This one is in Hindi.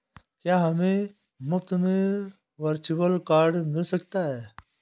क्या हमें मुफ़्त में वर्चुअल कार्ड मिल सकता है?